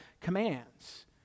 commands